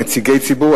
נציגי ציבור,